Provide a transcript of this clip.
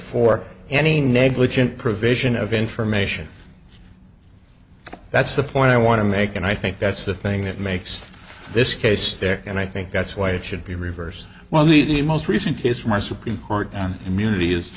for any negligent provision of information that's the point i want to make and i think that's the thing that makes this case there and i think that's why it should be reversed well the most recent case from our supreme court